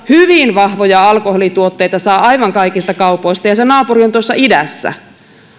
hyvin vahvoja alkoholituotteita saa aivan kaikista kaupoista ja se naapuri on tuossa idässä